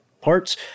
Parts